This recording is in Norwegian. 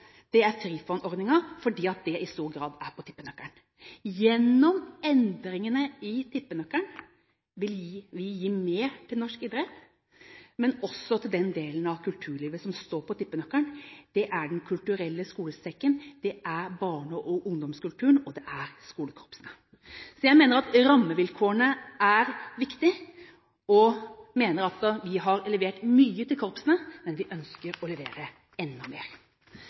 på, er Frifond-ordningen, fordi det i stor grad er på tippenøkkelen. Gjennom endringene i tippenøkkelen vil vi gi mer til norsk idrett, men også til den delen av kulturlivet som står på tippenøkkelen – det er Den kulturelle skolesekken, det er barne- og ungdomskulturen, og det er skolekorpsene. Jeg mener at rammevilkårene er viktige, og at vi har levert mye til korpsene, men vi ønsker å levere enda mer.